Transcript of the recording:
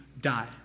die